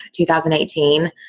2018